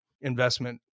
investment